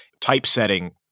Typesetting